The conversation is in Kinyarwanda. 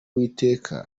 uwiteka